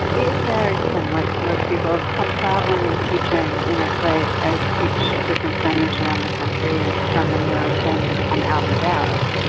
it varies, tim, like most people. if i'm traveling and teaching you know because i i teach different centers around the country and some in europe then i'm out and about.